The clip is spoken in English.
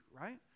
right